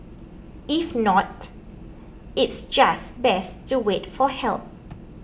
if not it's just best to wait for help